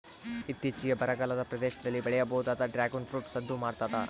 ಇತ್ತೀಚಿಗೆ ಬರಗಾಲದ ಪ್ರದೇಶದಲ್ಲಿ ಬೆಳೆಯಬಹುದಾದ ಡ್ರಾಗುನ್ ಫ್ರೂಟ್ ಸದ್ದು ಮಾಡ್ತಾದ